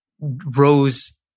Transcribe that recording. rose